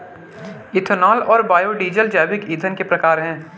ethanol और biodiesel जैविक ईंधन के प्रकार है